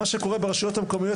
מה שקורה ברשויות המקומיות,